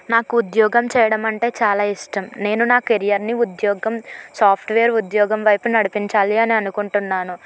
నాకు ఉద్యోగం చేయడం అంటే చాలా ఇష్టం నేను నా కెరియర్ని ఉద్యోగం సాఫ్ట్వేర్ ఉద్యోగం వైపు నడిపించాలి అని అనుకుంటున్నాను